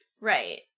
Right